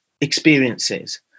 experiences